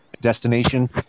destination